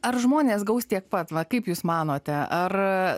ar žmonės gaus tiek pat kaip jūs manote ar